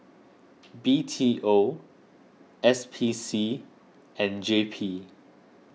B T O S P C and J P